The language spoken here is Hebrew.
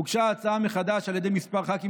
הוגשה ההצעה מחדש על ידי כמה ח"כים